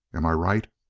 am i right?